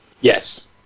yes